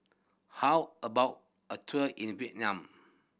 how about a tour in Vietnam